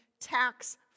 tax